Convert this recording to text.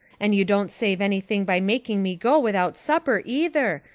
and you don't save anything by making me go without supper either,